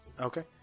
Okay